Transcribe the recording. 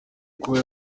kuba